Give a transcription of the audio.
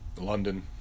London